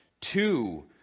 Two